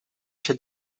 się